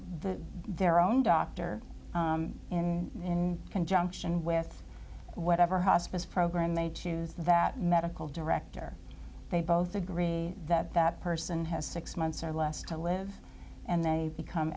their own doctor in conjunction with whatever hospice program they choose that medical director they both agree that that person has six months or less to live and they become